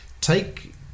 take